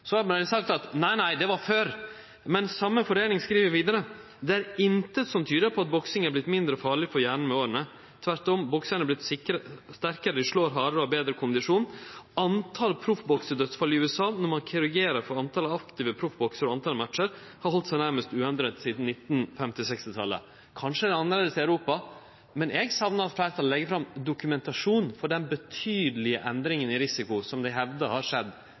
Så har ein sagt at dette var før, men den same foreininga skriv vidare: «Det er intet som tyder på at boksing er blitt mindre farlig for hjernen med årene. Tvert om; er bokserne sterkere, de slår hardere og har bedre kondisjon. Antall proffboksedødstall i USA har holdt seg nærmest uendret siden 1950-1960 tallet.» Kanskje det er annleis i Europa, men eg saknar at fleirtalet legg fram dokumentasjon på den betydelege endringa i risiko som ein hevdar har skjedd